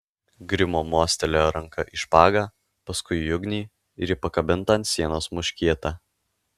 grimo mostelėjo ranka į špagą paskui į ugnį ir į pakabintą ant sienos muškietą